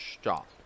Stop